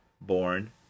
born